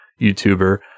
YouTuber